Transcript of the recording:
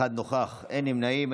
אחד נוכח, אין נמנעים.